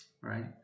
right